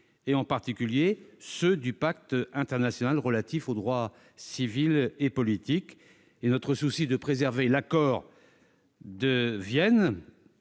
en particulier ceux du pacte international relatif aux droits civils et politiques. Si nous sommes soucieux de préserver l'accord de Vienne,